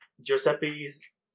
Giuseppe's